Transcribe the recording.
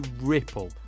ripple